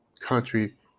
country